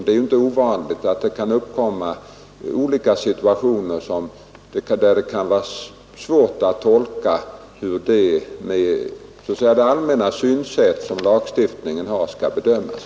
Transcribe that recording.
Det är ju inte ovanligt att det uppkommer situationer, där det med det allmänna synsätt som lagstiftningen ger uttryck för kan vara svårt att säga hur en fråga av detta slag skall bedömas.